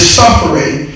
suffering